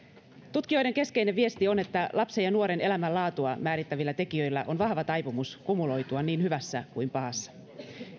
tutkijoiden keskeinen viesti on että lapsen ja nuoren elämänlaatua määrittävillä tekijöillä on vahva taipumus kumuloitua niin hyvässä kuin pahassa